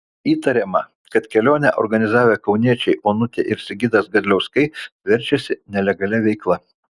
įtariama kad kelionę organizavę kauniečiai onutė ir sigitas gadliauskai verčiasi nelegalia veikla